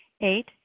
Eight